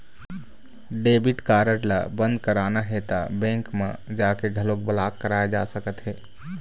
debit card ल बंद कराना हे त बेंक म जाके घलोक ब्लॉक कराए जा सकत हे